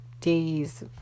days